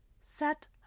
set